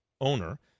owner